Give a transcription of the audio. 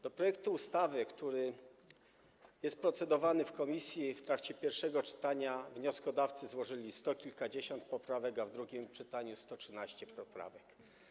Do projektu ustawy, który jest procedowany w komisji, w trakcie pierwszego czytania wnioskodawcy złożyli sto kilkadziesiąt poprawek, a w drugim czytaniu - 113 poprawek.